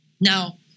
Now